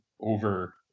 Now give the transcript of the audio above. over